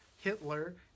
Hitler